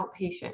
outpatient